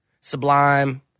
Sublime